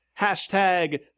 Hashtag